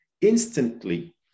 instantly